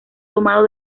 tomado